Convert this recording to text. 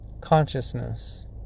consciousness